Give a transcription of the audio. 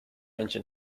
engine